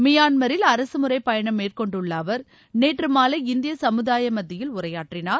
மியான்மரில் அரகமுறை பயணம் மேற்கொண்டுள்ள அவா் நேற்று மாலை இந்திய சமூதாய மத்தியில் உரையாற்றினார்